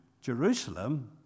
Jerusalem